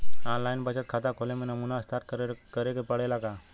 आन line बचत खाता खोले में नमूना हस्ताक्षर करेके पड़ेला का?